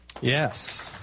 Yes